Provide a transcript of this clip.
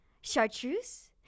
chartreuse